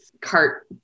cart